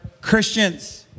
Christians